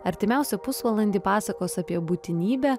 artimiausią pusvalandį pasakos apie būtinybę